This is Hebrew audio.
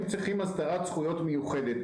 הם צריכים הסדרת זכויות מיוחדת.